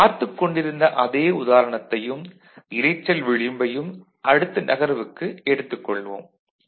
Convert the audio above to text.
நாம் பார்த்துக் கொண்டிருந்த அதே உதாரணத்தையும் இரைச்சல் விளிம்பையும் அடுத்த நகர்வுக்கு எடுத்துக் கொள்வோம்